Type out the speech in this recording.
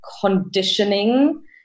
conditioning